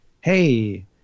hey